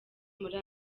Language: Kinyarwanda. muri